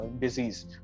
disease